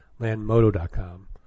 LandMoto.com